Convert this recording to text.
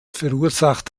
verursacht